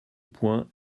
point